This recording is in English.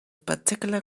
particular